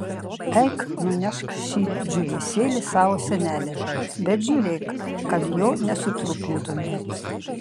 eik nunešk šį džiūvėsėlį savo senelei bet žiūrėk kad jo nesutrupintumei